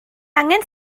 angen